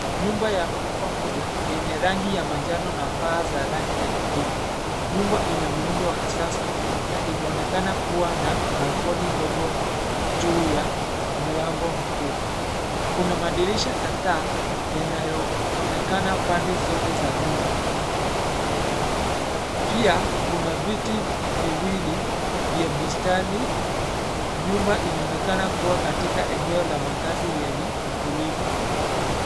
Nyumba ya gorofa moja yenye rangi ya manjano na paa za rangi ya kijivu. Nyumba ina muundo wa kisasa na inaonekana kua na balcony ndogo juu ya mlango mkuu. Kuna madirisha kadhaa yanayoonekana pande zote za nyumba. Pia kuna viti viwili vya bustani, nyumba inaonekana kua katika eneo la makazi yenye utulivu.